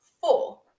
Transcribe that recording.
four